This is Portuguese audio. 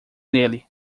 nele